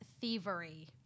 thievery